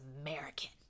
American